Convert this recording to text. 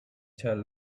tell